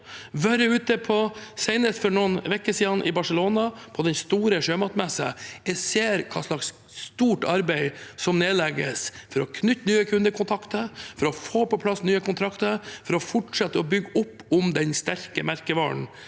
for noen uker siden var jeg med dem i Barcelona på den store sjømatmessen. Jeg ser hvilket stort arbeid som nedlegges for å knytte nye kundekontakter, for å få på plass nye kontrakter og for å fortsette å bygge opp om den sterke merkevaren